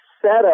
setup